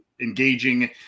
engaging